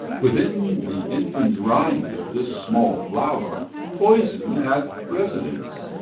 within the infant rind of this small flower poison hath residence,